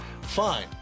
Fine